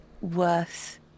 worth